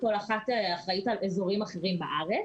כל אחת אחראית על אזורים אחרים בארץ.